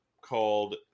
called